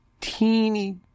teeny